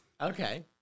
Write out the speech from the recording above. okay